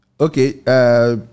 Okay